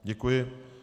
Děkuji.